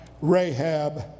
Rahab